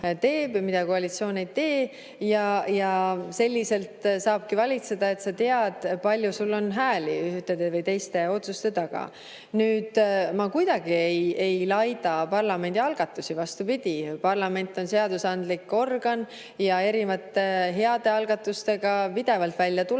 mida koalitsioon ei tee. Selliselt saabki valitseda, et sa tead, kui palju sul on hääli ühtede või teiste otsuste taga. Nüüd, ma kuidagi ei laida parlamendi algatusi. Vastupidi. Parlament on seadusandlik organ ja tuleb heade algatustega pidevalt välja.